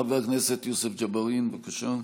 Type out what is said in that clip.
חבר הכנסת יוסף ג'בארין, בבקשה.